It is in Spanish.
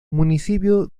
municipio